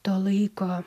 to laiko